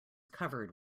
covered